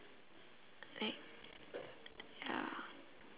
like uh